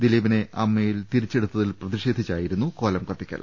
ദിലീപിനെ അമ്മ യിൽ തിരിച്ചെടുത്തിൽ പ്രതിഷേധിച്ചായിരുന്നു കോലം കത്തിക്കൽ